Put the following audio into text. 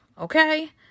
okay